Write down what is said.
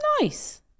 nice